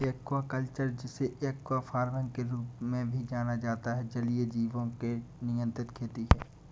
aquaculture, जिसे aqua farming के रूप में भी जाना जाता है, जलीय जीवों की नियंत्रित खेती है